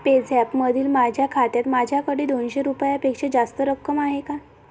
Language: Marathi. पेझॅपमधील माझ्या खात्यात माझ्याकडे दोनशे रुपयापेक्षा जास्त रक्कम आहे का